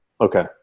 Okay